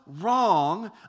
wrong